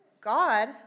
God